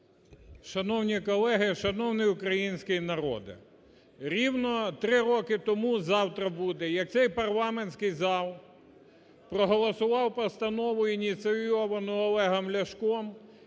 Шановні колеги! Шановний український народе! Рівно 3 роки тому, завтра буде, як цей парламентський зал проголосував постанову ініційовану Олегом Ляшком